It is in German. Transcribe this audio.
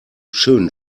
schönen